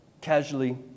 casually